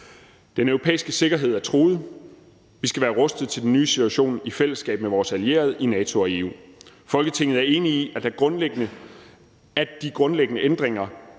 »Den europæiske sikkerhed er truet. Vi skal være rustet til den nye situation i fællesskab med vores allierede i NATO og EU. Folketinget er enig i, at de grundlæggende ændringer